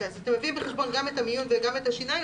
אז אתה מביא בחשבון גם את המיון וגם את השיניים,